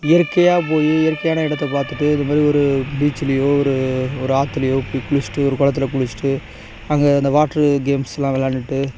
இயற்கையாக போய் இயற்கையான எடத்தை பார்த்துட்டு இதுமாரி ஒரு பீச்சிலியோ ஒரு ஒரு ஆற்றுலியோ போய்க் குளிச்சிவிட்டு ஒரு குளத்துல குளிச்சிவிட்டு அங்கே அந்த வாட்ரு கேம்ஸ்லாம் விளாண்டுவிட்டு